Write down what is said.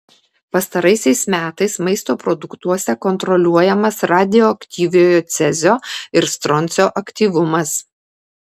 pastaraisiais metais maisto produktuose kontroliuojamas radioaktyviojo cezio ir stroncio aktyvumas